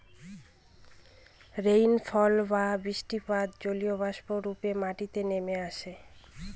rainfall বা বৃষ্টিপাত জলীয়বাষ্প রূপে মাটিতে নেমে আসে